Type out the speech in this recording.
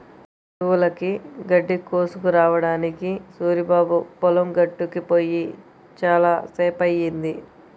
పశువులకి గడ్డి కోసుకురావడానికి సూరిబాబు పొలం గట్టుకి పొయ్యి చాలా సేపయ్యింది